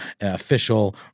official